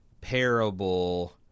parable